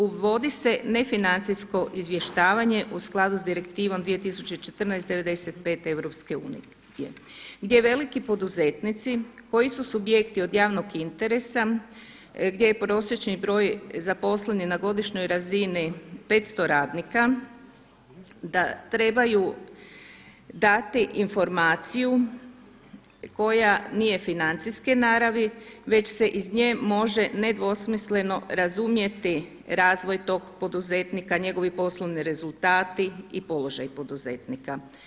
Uvodi se nefinancijsko izvještavanje u skladu sa Direktivom 2014/95 EU gdje veliki poduzetnici koji su subjekti od javnog interesa gdje je prosječni broj zaposlenih na godišnjoj razini 500 radnika, da trebaju dati informaciju koja nije financijske naravi već se iz nje može nedvosmisleno razumjeti razvoj tog poduzetnika, njegovi poslovni rezultati i položaj poduzetnika.